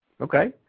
Okay